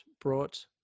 brought